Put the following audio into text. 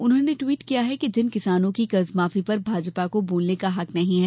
उन्होंने टिवट किया कि जिन किसानों की कर्जमाफी पर भाजपा को बोलने का हक नहीं है